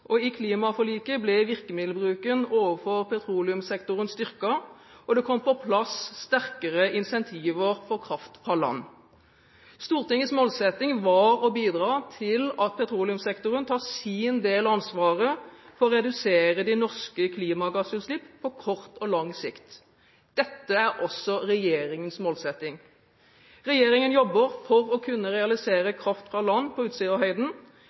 I klimaforliket ble virkemiddelbruken overfor petroleumssektoren styrket, og det kom på plass sterkere incentiver for kraft fra land. Stortingets målsetting var å bidra til at petroleumssektoren tar sin del av ansvaret for å redusere de norske klimagassutslipp på kort og lang sikt. Dette er også regjeringens målsetting. Regjeringen jobber for å kunne realisere kraft fra land på Utsirahøyden, og